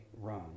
run